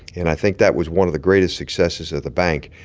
and i think that was one of the greatest successes of the bank,